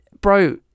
bro